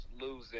losing